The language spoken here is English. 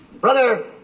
Brother